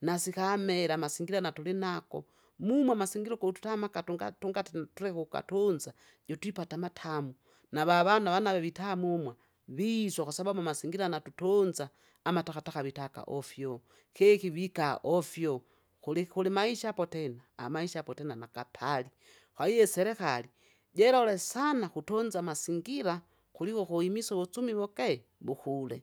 nasikamela amasingira natulinako, mumwe amasingira ukutamaka tunga- tungatini tuleke ukukatunza, jotwipata amatamu, navavana avana ava vitamumwa, visya kwasababu kwasababu amasingira natutunza, amatakataka vitaka ofyo, keki vika ofyo, kuli- kulimaisha apo tena? amaisha apo tena nakapali, kwahiyo iserekali jirole sana kutunza amasingira, kuliko ukuhimisa uvusumi wukeli wukule.